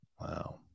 Wow